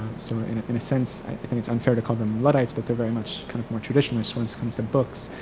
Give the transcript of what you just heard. so in a sense i think it's unfair to call them luddites, but they're very much kind of more traditionalists when it comes to books,